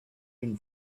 been